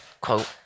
quote